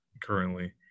currently